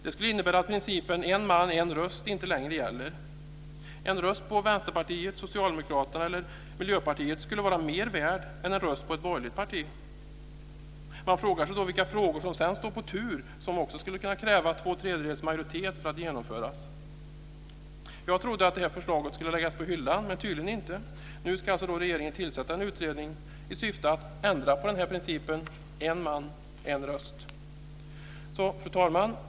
Det skulle innebära att principen en man-en röst inte längre gäller. En röst på Vänsterpartiet, Socialdemokraterna eller Miljöpartiet skulle vara mer värd än en röst på ett borgerligt parti. Man frågar sig vilka frågor som sedan står på tur som också ska kräva två tredjedels majoritet för att genomföras. Jag trodde att detta förslag skulle läggas på hyllan, men så är det tydligen inte. Nu ska regeringen tillsätta en utredning i syfte att ändra på principen en man-en röst. Fru talman!